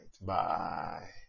Bye